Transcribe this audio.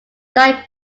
light